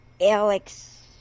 Alex